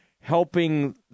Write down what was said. helping